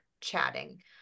chatting